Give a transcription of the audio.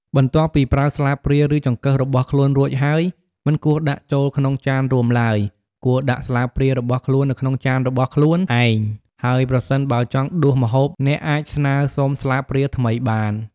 បន្ទាប់ពីប្រើស្លាបព្រាឬចង្កឹះរបស់ខ្លួនរួចហើយ មិនគួរដាក់ចូលក្នុងចានរួមឡើយ គួរដាក់ស្លាបព្រារបស់ខ្លួននៅក្នុងចានរបស់ខ្លួនឯង ហើយប្រសិនបើចង់ដួសម្ហូបអ្នកអាចស្នើសុំស្លាបព្រាថ្មីបាន។